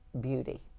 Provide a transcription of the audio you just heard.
beauty